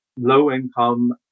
low-income